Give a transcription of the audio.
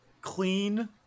clean